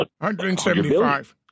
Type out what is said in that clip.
175